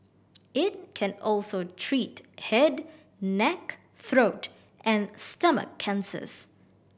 it can also treat head neck throat and stomach cancers